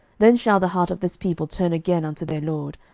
then shall the heart of this people turn again unto their lord,